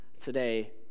today